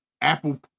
Apple